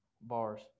bars